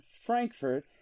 Frankfurt